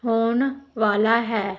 ਹੋਣ ਵਾਲਾ ਹੈ